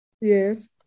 Yes